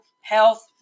health